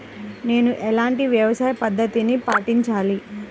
నేను ఎలాంటి వ్యవసాయ పద్ధతిని పాటించాలి?